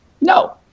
No